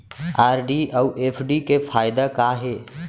RD अऊ FD के फायेदा का हे?